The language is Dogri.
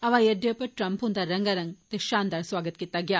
हवाई अड्डे उप्पर ट्रंप हुंदा रंगारंग ते शानदार सुआगत कीता गेआ